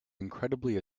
incredibly